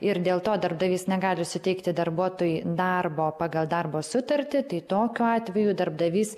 ir dėl to darbdavys negali suteikti darbuotojui darbo pagal darbo sutartį tai tokiu atveju darbdavys